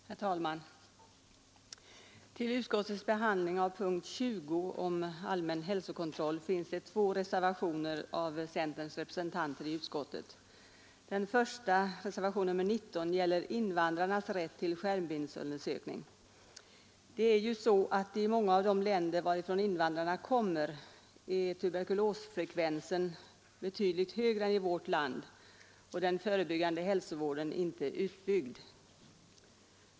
Herr talman! Till utskottets behandling av punkten 20, Allmän hälsokontroll, finns det två reservationer av centerns representanter i Nr 60 utskottet. Den första, reservation nr 19, gäller invandrarnas rätt till Onsdagen den skärmbildsundersökning. I många av de länder varifrån invandrarna 4 april 1973 kommer är tuberkulosfrekvensen betydligt högre än i vårt land och den förebyggande hälsovården inte utbyggd.